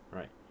right